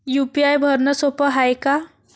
UPI भरनं सोप हाय का?